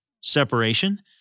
separation